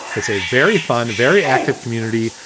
it's a very fine, very active community,